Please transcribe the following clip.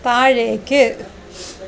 താഴേക്ക്